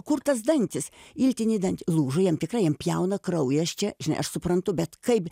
kur tas dantis iltiniai dantį lūžo jam tikrai jam pjauna kraujas čia žinai aš suprantu bet kaip